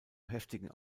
heftigen